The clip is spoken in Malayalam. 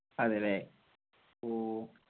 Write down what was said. അതെ അല്ലെ ഓ